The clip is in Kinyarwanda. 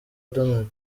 donald